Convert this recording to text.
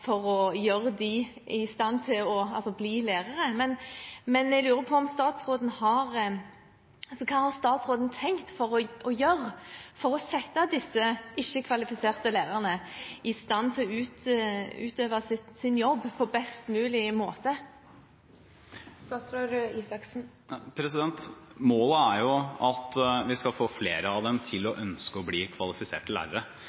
for å gjøre dem i stand til å bli lærere. Jeg lurer på: Hva har statsråden tenkt å gjøre for å sette disse ikke-kvalifiserte lærerne i stand til å utøve sin jobb på best mulig måte? Målet er at vi skal få flere av dem til å ønske å bli kvalifiserte lærere.